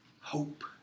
hope